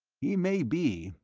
he may be,